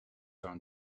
own